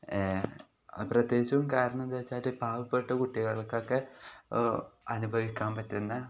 പ്രത്യേകിച്ചും കാരണം എന്താ വെച്ചാൽ പാവപ്പെട്ട കുട്ടികൾക്കൊക്കെ അനുഭവിക്കാൻ പറ്റുന്ന